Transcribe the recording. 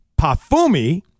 Pafumi